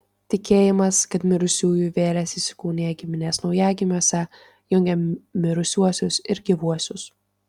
tikėjimas kad mirusiųjų vėlės įsikūnija giminės naujagimiuose jungė mirusiuosius ir gyvuosius